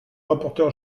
rapporteur